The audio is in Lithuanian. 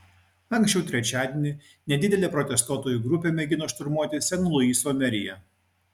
anksčiau trečiadienį nedidelė protestuotojų grupė mėgino šturmuoti sen luiso meriją